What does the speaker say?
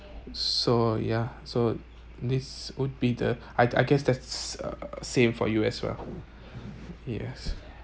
so ya so this would be the I'd I guess that's uh same for you as well yes